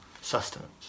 sustenance